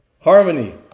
harmony